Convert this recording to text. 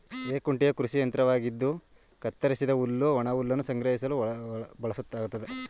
ಹೇ ಕುಂಟೆಯು ಕೃಷಿ ಯಂತ್ರವಾಗಿದ್ದು ಕತ್ತರಿಸಿದ ಹುಲ್ಲು ಒಣಹುಲ್ಲನ್ನು ಸಂಗ್ರಹಿಸಲು ಬಳಸಲಾಗ್ತದೆ